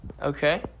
Okay